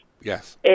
Yes